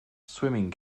swimming